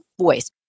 voice